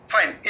Fine